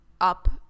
up